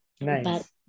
nice